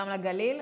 גם לגליל.